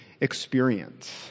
experience